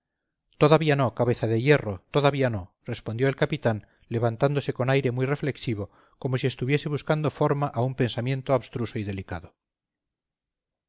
todavía no cabeza de hierro todavía no respondió el capitán levantándose con aire muy reflexivo como si estuviese buscando forma a un pensamiento abstruso y delicado